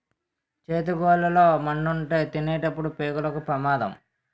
చేతి గోళ్లు లో మన్నుంటే తినినప్పుడు పేగులకు పెమాదం